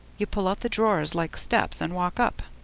you pull out the drawers like steps and walk up.